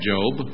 Job